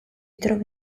trova